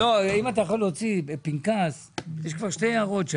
אם אתה יכול להוציא פנקס, יש כבר שתי הערות.